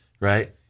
right